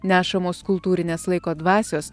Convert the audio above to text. nešamos kultūrinės laiko dvasios